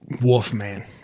Wolfman